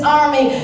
army